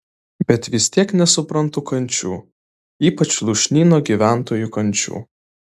bet vis tiek nesuprantu kančių ypač lūšnyno gyventojų kančių